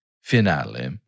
finale